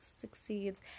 succeeds